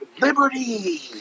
liberty